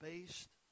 based